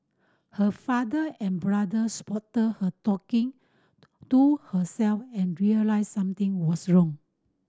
her father and brother spotted her talking to herself and realised something was wrong